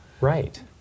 Right